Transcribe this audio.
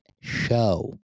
show